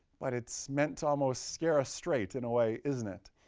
but it's meant to almost scare us straight in a way, isn't it?